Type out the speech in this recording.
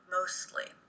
mostly